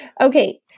Okay